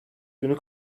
günü